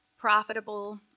profitable